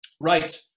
right